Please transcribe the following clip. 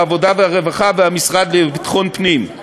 העבודה והרווחה וביטחון הפנים.